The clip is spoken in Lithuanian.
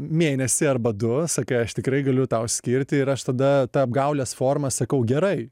mėnesį arba du sakai aš tikrai galiu tau skirti ir aš tada ta apgaulės forma sakau gerai